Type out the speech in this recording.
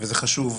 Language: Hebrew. וזה חשוב,